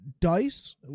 DICE